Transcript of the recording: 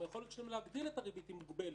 גם היכולת שלהם להגדיל את הריבית היא מוגבלת,